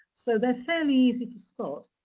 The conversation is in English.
so, they're fairly easy to spot.